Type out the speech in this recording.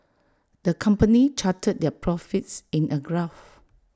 the company charted their profits in A graph